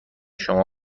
شما